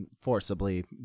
forcibly